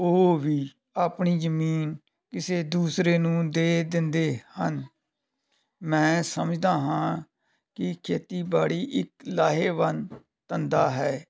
ਉਹ ਵੀ ਆਪਣੀ ਜ਼ਮੀਨ ਕਿਸੇ ਦੂਸਰੇ ਨੂੰ ਦੇ ਦਿੰਦੇ ਹਨ ਮੈਂ ਸਮਝਦਾ ਹਾਂ ਕਿ ਖੇਤੀਬਾੜੀ ਇੱਕ ਲਾਹੇਵੰਦ ਧੰਦਾ ਹੈ